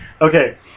Okay